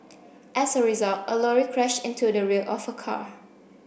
as a result a lorry crashed into the rear of her car